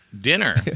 dinner